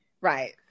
Right